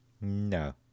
no